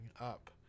up